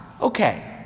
Okay